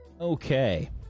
Okay